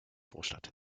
vorstadt